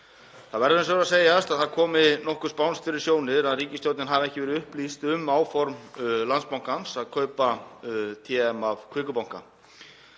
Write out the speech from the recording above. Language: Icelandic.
Það verður hins vegar að segjast að það kemur nokkuð spánskt fyrir sjónir að ríkisstjórnin hafi ekki verið upplýst um áform Landsbankans um að kaupa TM af Kviku banka.